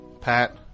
Pat